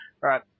right